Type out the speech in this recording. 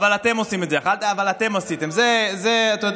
"אבל אתם עשיתם" אתה יודע,